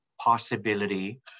possibility